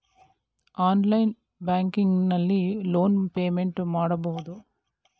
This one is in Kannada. ಆನ್ಲೈನ್ ಬ್ಯಾಂಕಿಂಗ್ ನಲ್ಲಿ ಲೋನ್ ಪೇಮೆಂಟ್ ಮಾಡಬಹುದು